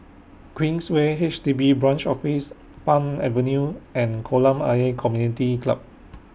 Queensway H D B Branch Office Palm Avenue and Kolam Ayer Community Club